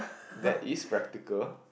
that is practical